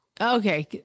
Okay